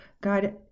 God